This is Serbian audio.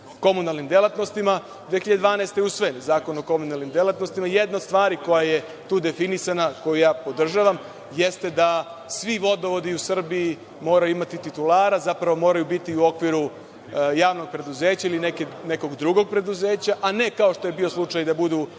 komunalnim delatnostima. Godine 2012. je usvojen Zakon o komunalnim delatnostima. Jedna od stvari koja je tu definisana, koju ja podržavam, jeste da svi vodovodi u Srbiji moraju imati titulara, moraju biti u okviru javnog preduzeća ili nekog drugog preduzeća, a ne kao što je bio slučaj da budu